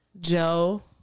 Joe